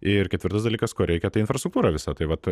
ir ketvirtas dalykas ko reikia tai infrastruktūra visa tai vat